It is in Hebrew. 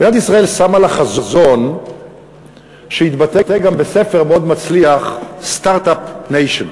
מדינת ישראל שמה לה חזון שהתבטא גם בספר מאוד מצליח,"Start-up Nation",